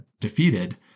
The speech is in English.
defeated